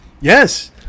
Yes